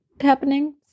happening